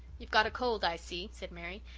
you've got a cold, i see, said mary.